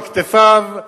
על כתפיו,